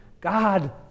God